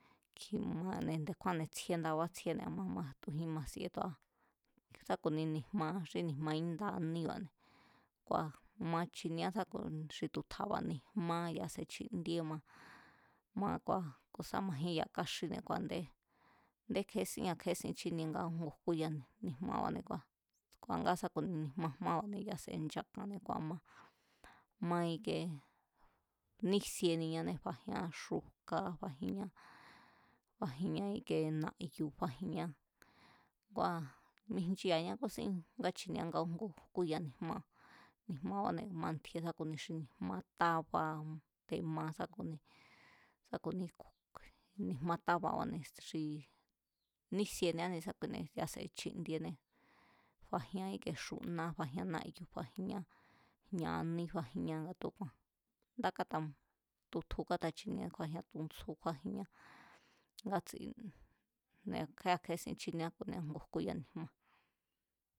Kjimane̱ nde̱kjúáa̱ne̱ tsjíe ndabá tsjíé matujín ma sie tu̱a sá ku̱ni ni̱jma índa aníba̱ kua̱ ma chiniea sá ku̱ni xi tu̱ tja̱ba̱ ni̱jmá ya̱a se̱ chindíe ma, ma kua̱, ku̱ sa majín sa kaxíne̱, a̱nde kje̱ésín a̱ kje̱esin chínie nga újngu jkúya ni̱jmaba̱ne̱ kua̱, kua̱ nga sa ku-ni ni̱jma maba̱ne̱ ya̱a se̱ ncha̱ka̱nne̱ ma, ma ike nísieniñane fajian xújka fajián, fajinña íkie na̱yu̱ fajinñá kua̱ mijchia̱ñá kúsin ngá chinieñá nga úngu jkúya nijmá, ni̱jmabáne̱ mantji̱e̱ sa ku̱ni xi ni̱jma tába̱ te̱ ma sá ku̱ni, sa ku̱ni, kjui, kjui, ni̱jma tababa̱ne̱ nísienia ne̱sákuine̱ ya̱a se̱ chindiene fajia íke xuná fajián náyu̱ fajian, jña̱ aní fajián tu̱úku̱a̱n nda katam, tutju katachinie, kjúájian túntsjú kjuájinñá ngatsi nga a̱ kje̱e a̱ kje̱ésin chínieá ku̱nia úngu jkúya ni̱jmá.